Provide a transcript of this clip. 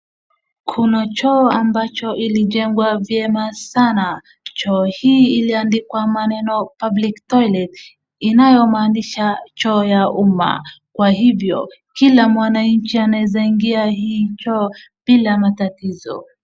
kuna choo ambacho ilijengwa vyema sana, choo hii iliandikwa maneno public toilet inayomaanisha choo ya uma kwa hivyo kila mwananchi anaweza ingia hii choo bila matatizo